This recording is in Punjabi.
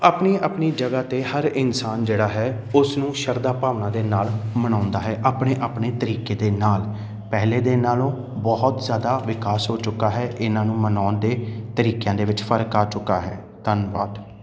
ਆਪਣੀ ਆਪਣੀ ਜਗ੍ਹਾ 'ਤੇ ਹਰ ਇਨਸਾਨ ਜਿਹੜਾ ਹੈ ਉਸਨੂੰ ਸ਼ਰਧਾ ਭਾਵਨਾ ਦੇ ਨਾਲ ਮਨਾਉਂਦਾ ਹੈ ਆਪਣੇ ਆਪਣੇ ਤਰੀਕੇ ਦੇ ਨਾਲ ਪਹਿਲਾਂ ਦੇ ਨਾਲੋਂ ਬਹੁਤ ਜ਼ਿਆਦਾ ਵਿਕਾਸ ਹੋ ਚੁੱਕਾ ਹੈ ਇਹਨਾਂ ਨੂੰ ਮਨਾਉਣ ਦੇ ਤਰੀਕਿਆਂ ਦੇ ਵਿੱਚ ਫ਼ਰਕ ਆ ਚੁੱਕਾ ਹੈ ਧੰਨਵਾਦ